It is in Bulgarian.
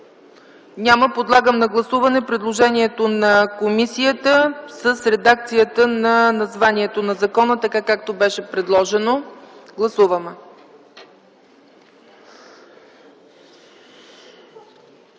Няма. Подлагам на гласуване предложението на комисията с редакцията на названието на закона, така както беше предложено. Гласували